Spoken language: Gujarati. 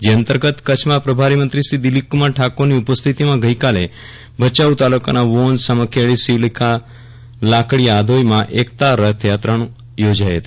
જે અંતર્ગત કચ્છમાં પ્રભારી મંત્રી શ્રી દિલીપકુમાર ઠાકોરની ઉપસ્થિતિમાં ભચાઉ તાલુકાના વોંધ સામખીયાળી શીવલખા લાકડિયા આધોઈમાં એકતા રથયાત્રાનું યોજાઈ હતી